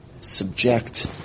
subject